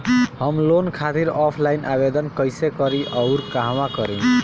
हम लोन खातिर ऑफलाइन आवेदन कइसे करि अउर कहवा करी?